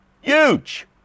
huge